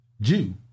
Jew